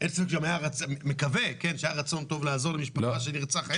ואני מקווה שהיה רצון טוב לעזור למשפחה של נרצח.